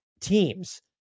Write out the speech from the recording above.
teams